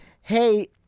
Hey